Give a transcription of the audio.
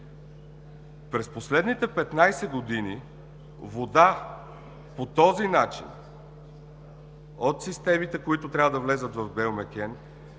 През последните 15 години вода по този начин от системите, които трябва да влязат в „Белмекен“